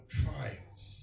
trials